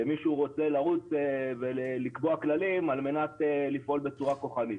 שמישהו רוצה לרוץ ולקבוע כללים על מנת לפעול בצורה כוחנית.